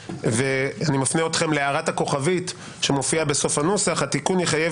ואני מפנה אתכם להערת הכוכבית שמופיעה בסוף הנוסח: "התיקון יחייב